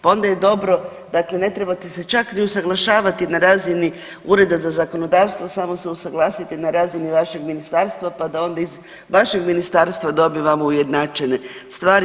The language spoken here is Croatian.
Pa onda je dobro dakle ne trebate se čak ni usuglašavati na razini Ureda za zakonodavstvo samo se usuglasite na razini vašeg ministarstva pa da onda iz vašeg ministarstva dobivamo ujednačene stvari.